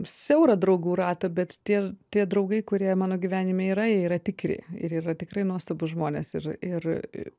siaurą draugų ratą bet tie tie draugai kurie mano gyvenime yra jie yra tikri ir yra tikrai nuostabūs žmonės ir ir